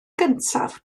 gyntaf